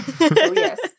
Yes